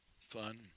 fun